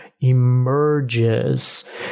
emerges